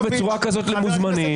אתה לא תדבר בצורה כזאת למוזמנים.